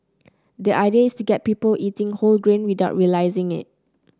the idea is to get people eating whole grain without realising it